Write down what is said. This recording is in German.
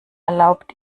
erlaubt